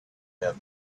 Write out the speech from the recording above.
have